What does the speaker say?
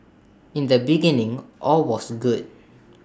in the beginning all was good